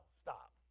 stop